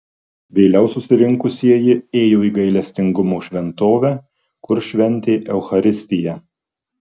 vėliau susirinkusieji ėjo į gailestingumo šventovę kur šventė eucharistiją